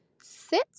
sit